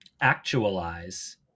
actualize